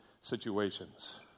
situations